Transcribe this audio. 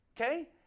okay